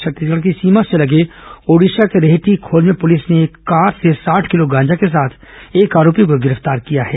छत्तीसगढ़ की सीमा से लगे ओडिशा के रेहटीखोल में पुलिस ने एक कार से साठ किलो गांजा के साथ एक आरोपी को गिरफ्तार किया है